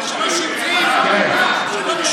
אבל השימוש בגוף הבוחר זה לא טוב,